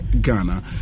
Ghana